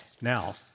Now